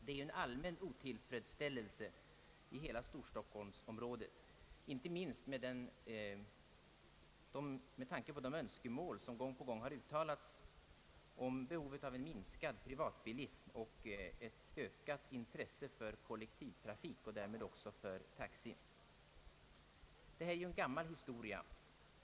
Det råder en allmän otillfredsställelse i detta avseende i hela Storstockholmsområdet, inte minst med tanke på de önskemål som gång på gång har framförts om behovet av en minskad privatbilism och ett ökat intresse för kollektivtrafik och därmed också för Taxi. Detta är ju en gammal historia.